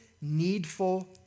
needful